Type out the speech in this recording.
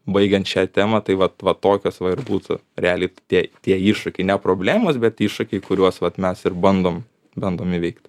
baigiant šią temą tai vat va tokios va ir būtų realiai tie tie iššūkiai ne problemos bet iššūkiai kuriuos vat mes ir bandom bandom įveikt